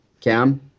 Cam